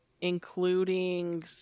including